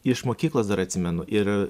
iš mokyklos dar atsimenu ir